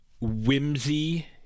whimsy